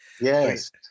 Yes